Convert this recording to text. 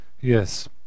Yes